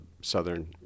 southern